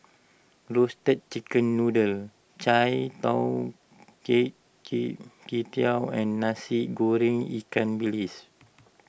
Roasted Chicken Noodle Chai Tow and Nasi Goreng Ikan Bilis